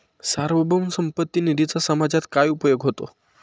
सार्वभौम संपत्ती निधीचा समाजात काय उपयोग होतो?